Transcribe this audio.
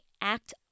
act